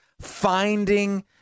finding